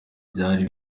byari